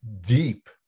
deep